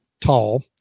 tall